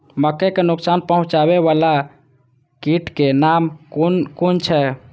मके के नुकसान पहुँचावे वाला कीटक नाम कुन कुन छै?